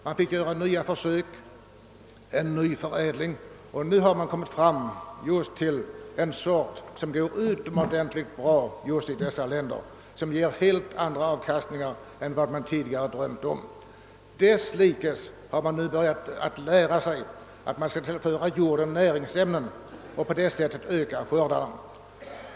Man fick göra nya försök att förädla plantan, och nu har man kommit fram till en sort som går utomordentligt bra i just dessa länder och som ger större avkastning än man tidigare kunde drömma om. Dessutom har man nu i dessa länder börjat lära sig att man skall tillföra jorden näringsämnen för att öka skördarna.